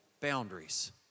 boundaries